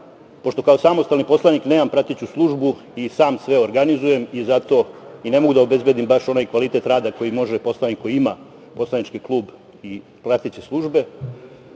pošto kao samostalni poslanik nemam prateću službu i sam sve organizujem i zato ne mogu da obezbedim baš onaj kvalitet rada koji može poslanik koji ima poslanički klub i prateće službe. Ja